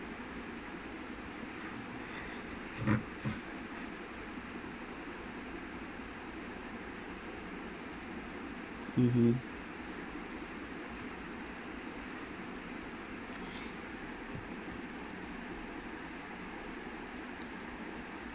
mmhmm